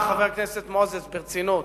חבר הכנסת מוזס, ברצינות,